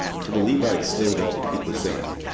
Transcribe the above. so the levites stilled all the people, saying,